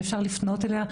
שאפשר לפנות אליה.